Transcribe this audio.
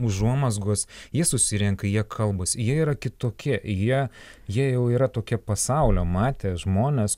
užuomazgos jie susirenka jie kalbasi jie yra kitokie jie jie jau yra tokie pasaulio matę žmonės